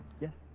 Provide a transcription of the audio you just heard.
Yes